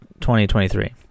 2023